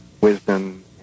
wisdom